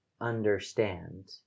understand